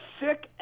sick